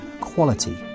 quality